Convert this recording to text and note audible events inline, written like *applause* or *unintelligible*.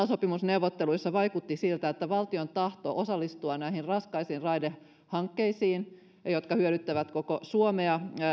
*unintelligible* sopimusneuvotteluissa vaikutti siltä julkisuudessa olleiden tietojenkin mukaan että valtion tahto osallistua näihin raskaisiin raidehankkeisiin jotka hyödyttävät koko suomea